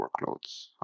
workloads